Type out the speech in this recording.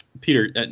Peter